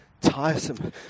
tiresome